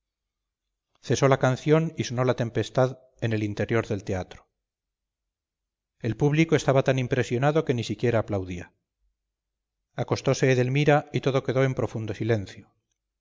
cesó la canción y sonó la tempestad en el interior del teatro el público estaba tan impresionado que ni siquiera aplaudía acostose edelmira y todo quedó en profundo silencio